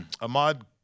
Ahmad